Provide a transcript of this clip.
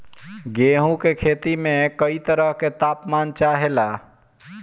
गेहू की खेती में कयी तरह के ताप मान चाहे ला